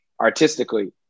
artistically